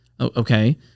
Okay